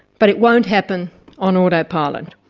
but it won't happen on autopilot.